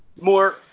more